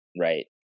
right